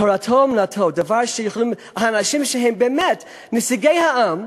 תורתו-אומנותו, האנשים שהם באמת נציגי העם,